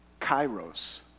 Kairos